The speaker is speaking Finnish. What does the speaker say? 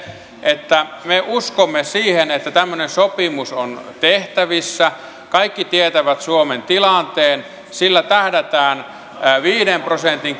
että me uskomme siihen että tämmöinen sopimus on tehtävissä kaikki tietävät suomen tilanteen sillä tähdätään viiden prosentin